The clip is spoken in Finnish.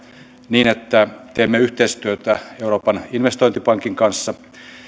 niin että teemme yhteistyötä euroopan investointipankin kanssa